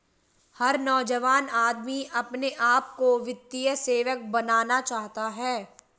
हर नौजवान आदमी अपने आप को वित्तीय सेवक बनाना चाहता है